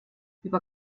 über